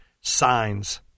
Signs